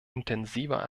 intensiver